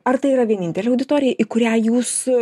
ar tai yra vienintelė auditorija į kurią jūs